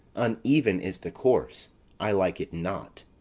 uneven is the course i like it not.